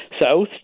south